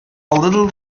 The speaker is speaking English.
little